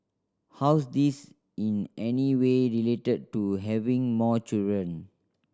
how's this in any way related to having more children